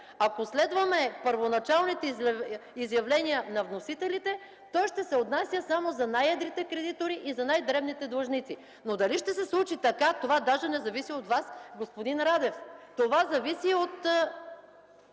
Ако следваме първоначалните изявление на вносителите, той ще се отнася само за най-едрите кредитори и за най-дребните длъжници. Но дали ще се случи така – това даже не зависи от Вас, господин Радев. Това зависи от